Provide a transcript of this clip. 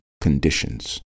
conditions